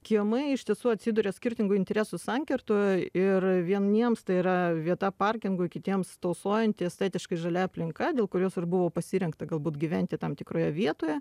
kiemai iš tiesų atsiduria skirtingų interesų sankirtoje ir vieniems tai yra vieta parkingui kitiems tausojanti estetiškai žalia aplinka dėl kurios ir buvo pasirengta galbūt gyventi tam tikroje vietoje